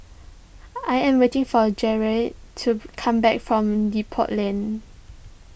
I am waiting for Jarret to come back from Depot Lane